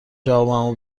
جوابمو